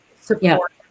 support